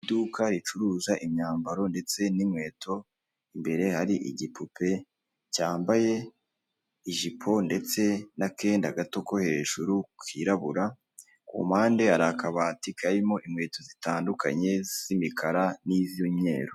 Iduka ricuruza imyambaro ndetse n'inkweto, imbere hari igipupe cyambaye ijipo ndetse n'akenda gato ko hejuru kirabura, ku mpande hari akabati karimo inkweto zitandukanye z'imikara niz'imyeru.